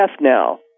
now